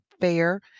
fair